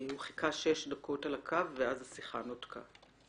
הוא חיכה שש דקות על הקו ואז השיחה נותקה.